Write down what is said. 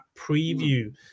preview